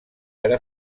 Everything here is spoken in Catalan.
ara